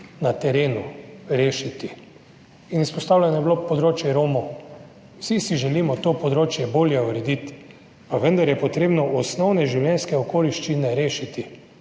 na terenu rešiti. Izpostavljeno je bilo področje Romov. Vsi si želimo to področje bolje urediti, pa vendar je potrebno osnovne življenjske okoliščine rešiti,